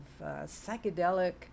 psychedelic